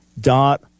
dot